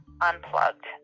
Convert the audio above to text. unplugged